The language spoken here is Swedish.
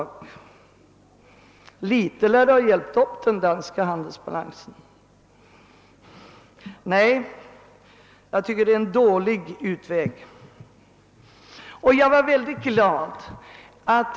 Något litet lär väl pornografin ha hjälpt upp den danska handelsbalansen. Nej, jag tycker att det är en dålig utväg.